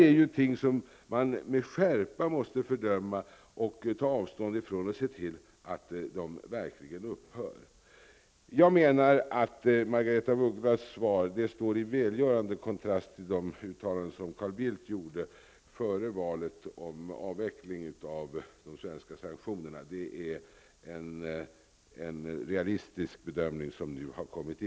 I regeringsdeklarationen sägs endast: ''Vi stöder arbetet mot apartheid och för frigörelsen i södra Afrika.'' Däremot berörs inte sanktionsfrågan. Det är nödvändigt att fortsätta med våra påtryckningar främst i form av sanktioner till dess apartheid är totalt avskaffad och en demokratisk ickerasistisk utveckling i Sydafrika säkrats.